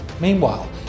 Meanwhile